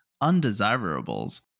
undesirables